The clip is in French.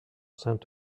sainte